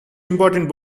important